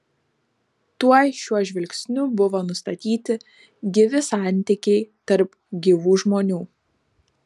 tuoj šiuo žvilgsniu buvo nustatyti gyvi santykiai tarp gyvų žmonių